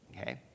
Okay